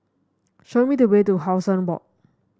show me the way to How Sun Walk